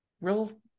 real